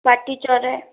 पाटी चौराहा